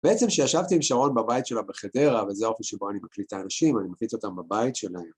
בעצם כשישבתי עם שרון בבית שלה בחדרה, וזה הoffice שבו אני מקליט האנשים, אני מקליט אותם בבית שלהם.